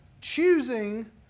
choosing